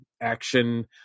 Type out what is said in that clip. action